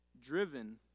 driven